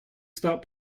stop